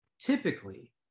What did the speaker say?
typically